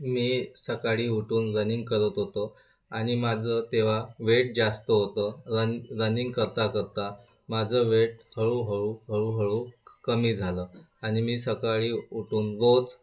मी सकाळी उठून रनिंग करत होतो आणि माझं तेव्हा वेट जास्त होतं रन रनिंग करता करता माझं वेट हळू हळू हळूहळू कमी झालं आणि मी सकाळी उठून रोज